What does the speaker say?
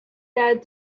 that